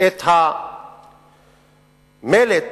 את המלט